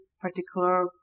particular